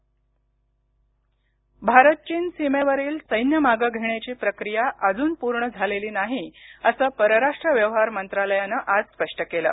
भारत चीन भारत चीन सीमेवरील सैन्य मागे घेण्याची प्रक्रिया अजून पूर्ण झालेली नाही असं परराष्ट्र व्यवहार मंत्रालयानं आज स्पष्ट केलं